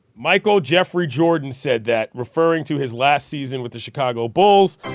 michael jeffrey jordan said that referring to his last season with the chicago bulls